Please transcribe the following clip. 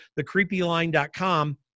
thecreepyline.com